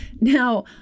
now